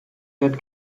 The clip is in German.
wird